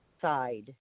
side